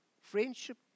friendship